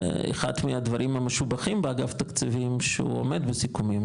אחד מהדברים המשובחים באגף תקציבים שהוא עומד בסיכומים,